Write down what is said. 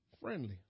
friendly